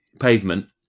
pavement